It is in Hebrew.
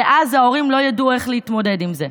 אז ההורים לא ידעו איך להתמודד עם זה.